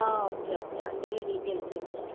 ആ okay okay വണ്ടിയുടെ ഡീറ്റെയിൽസും ഇട്ട് തരാം